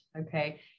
okay